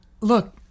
Look